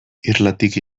irlatik